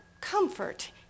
comfort